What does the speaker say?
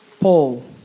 Paul